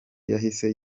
yahise